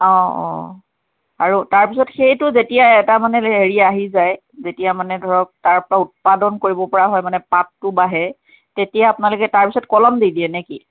অ অ আৰু তাৰপিছত সেইটো যেতিয়া এটা মানে হেৰি আহি যায় যেতিয়া মানে ধৰক তাৰপৰা উৎপাদন কৰিব পৰা হয় মানে পাতটো বাঢ়ে তেতিয়া আপোনালোকে তাৰপিছত কলম দি দিয়ে নে কি